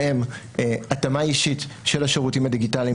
בהם התאמה אישית של השירותים הדיגיטליים